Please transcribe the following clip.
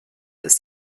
ist